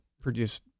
produce